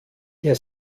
der